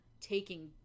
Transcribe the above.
taking